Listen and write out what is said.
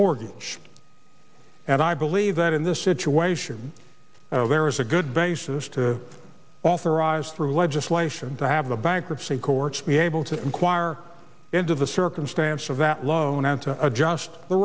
mortgage and i believe that in this situation there is a good basis to authorize through legislation to have the bankruptcy courts be able to inquire into the circumstances of that loan and to adjust the